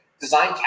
design